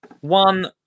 One